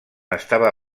estava